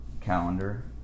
calendar